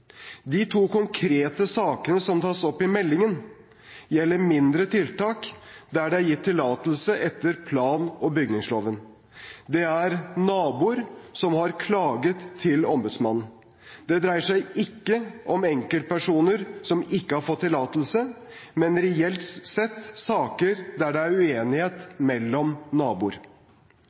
De to konkrete sakene som tas opp i meldingen, gjelder mindre tiltak der det er gitt tillatelse etter plan- og bygningsloven. Det er naboer som har klaget til ombudsmannen. Det dreier seg ikke om enkeltpersoner som ikke har fått tillatelse, men reelt sett saker der det er uenighet mellom naboer.